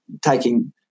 taking